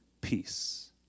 peace